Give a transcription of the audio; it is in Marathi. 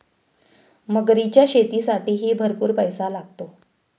मगरीच्या शेतीसाठीही भरपूर पैसा लागतो